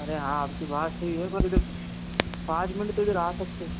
अरे हाँ आपकी बात सही है पर इधर पाँच मिन्ट तो इधर आ सकते हो